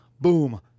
Boom